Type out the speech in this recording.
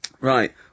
Right